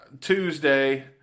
Tuesday